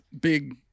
big